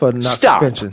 Stop